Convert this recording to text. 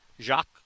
Jacques